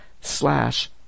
slash